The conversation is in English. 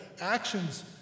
actions